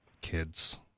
kids